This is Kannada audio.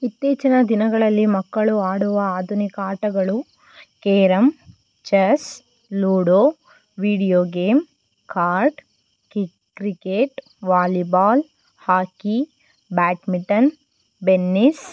ಇತ್ತೀಚಿನ ದಿನಗಳಲ್ಲಿ ಮಕ್ಕಳು ಆಡುವ ಆಧುನಿಕ ಆಟಗಳು carrom chess ludo video game card cricket volleyball hockey badminton tennis